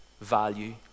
value